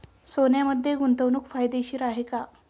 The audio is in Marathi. सोन्यामध्ये गुंतवणूक फायदेशीर आहे का?